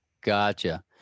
Gotcha